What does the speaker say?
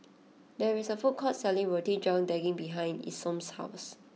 there is a food court selling Roti John Daging behind Isom's house